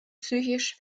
psychisch